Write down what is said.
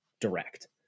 direct